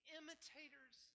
imitators